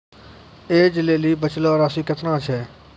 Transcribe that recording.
ऐज लेली बचलो राशि केतना छै?